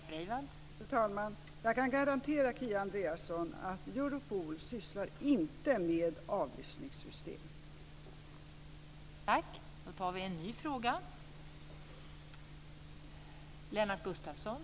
Fru talman! Jag kan garantera Kia Andreasson att Europol inte sysslar med avlyssningssystem.